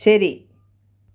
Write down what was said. ശരി